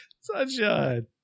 Sunshine